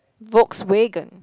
Volkswagen